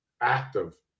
active